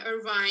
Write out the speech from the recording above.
Irvine